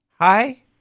Hi